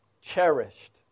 cherished